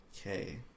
Okay